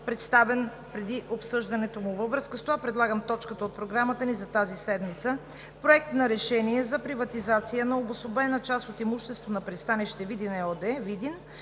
проект преди обсъждането му. Във връзка с това предлагам точката от Програмата ни за тази седмица – Проект на решение за приватизация на обособена част от имуществото на „Пристанище Видин“ ЕООД – Видин,